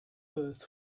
earth